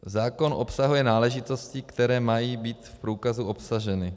Zákon obsahuje náležitosti, které mají být v průkazu obsaženy.